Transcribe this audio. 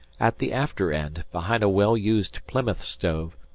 at the after end, behind a well-used plymouth stove,